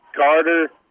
Carter